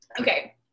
Okay